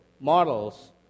models